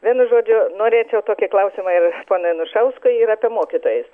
vienu žodžiu norėčiau tokį klausimą ir ponui anušauskui ir apie mokytojus